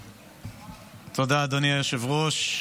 תודה, אדוני היושב בראש.